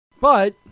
but-